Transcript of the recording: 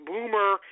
Boomer